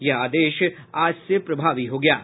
यह आदेश आज से प्रभावी हो गया है